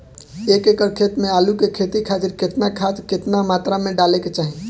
एक एकड़ खेत मे आलू के खेती खातिर केतना खाद केतना मात्रा मे डाले के चाही?